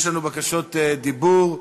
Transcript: יש לנו בקשות דיבור.